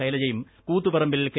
ശൈലജയും കൂത്തുപ്പറമ്പിൽ കെ